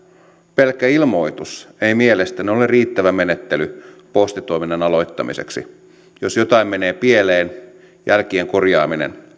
pelkkä ilmoitus ei mielestäni ole riittävä menettely postitoiminnan aloittamiseksi jos jotain menee pieleen jälkien korjaaminen